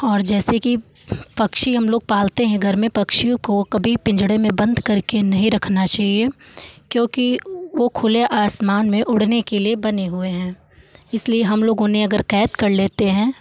और जैसे कि पक्षी हम लोग पालते हैं घर में पक्षियों को कभी पिंजड़े में बंद करके नहीं रखना चहिए क्योंकि वो खुले आसमान में उड़ने के लिए बने हुए हैं इसलिए हम लोग उन्हें अगर कैद कर लेते हैं